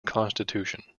constitution